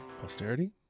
posterity